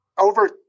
over